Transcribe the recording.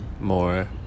More